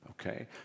Okay